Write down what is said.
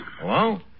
Hello